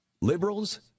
Liberals